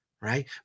right